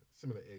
similar